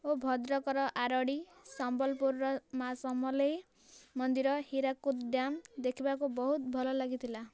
ଓ ଭଦ୍ରକର ଆରଡ଼ି ସମ୍ବଲପୁର ର ମାଁ ସମଲେଇ ମନ୍ଦିର ହୀରାକୁଦ ଡ୍ୟାମ୍ ଦେଖିବାକୁ ବହୁତ ଭଲ ଲାଗିଥିଲା